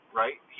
right